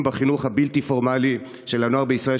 בחינוך הבלתי-פורמלי של הנוער בישראל,